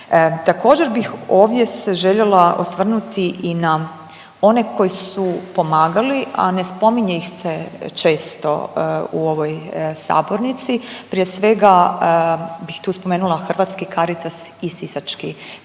Također bih ovdje se željela se osvrnuti i na one koji su pomagali, a ne spominje ih se često u ovoj sabornici. Prije svega bih tu spomenula Hrvatski caritas i sisački Caritas